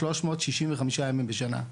365 ימים בשנה.